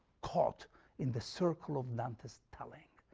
caught in the circle of dante's telling,